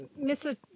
Mr